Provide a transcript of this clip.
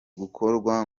gukorwa